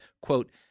quote